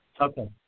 Okay